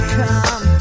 come